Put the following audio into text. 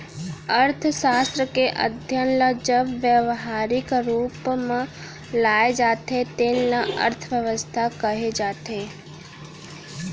अर्थसास्त्र के अध्ययन ल जब ब्यवहारिक रूप म लाए जाथे तेन ल अर्थबेवस्था कहे जाथे